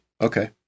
Okay